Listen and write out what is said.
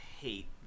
hate